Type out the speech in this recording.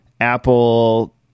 apple